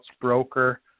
broker